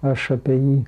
aš apie jį